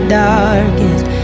darkest